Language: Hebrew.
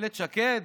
אילת שקד?